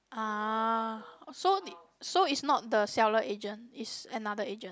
ah so so is not the seller agent is another agent